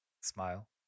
Smile